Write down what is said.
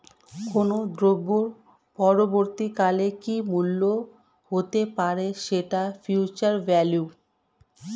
কোনো দ্রব্যের পরবর্তী কালে কি মূল্য হতে পারে, সেটা ফিউচার ভ্যালু